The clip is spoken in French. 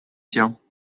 tiens